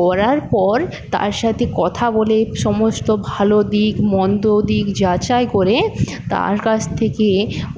করার পর তার সঙ্গে কথা বলে সমস্ত ভালো দিক মন্দ দিক যাচাই করে তার কাছ থেকে